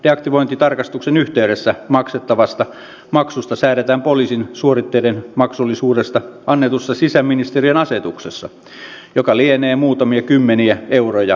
deaktivointitarkastuksen yhteydessä maksettavasta maksusta säädetään poliisin suoritteiden maksullisuudesta annetussa sisäministeriön asetuksessa joka lienee muutamia kymmeniä euroja per ase